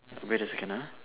wait a second ah